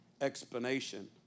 explanation